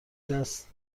دست